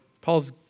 Paul's